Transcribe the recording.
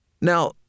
Now